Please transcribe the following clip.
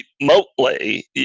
remotely